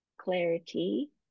Clarity